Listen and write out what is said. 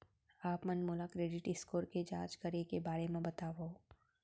आप मन मोला क्रेडिट स्कोर के जाँच करे के बारे म बतावव?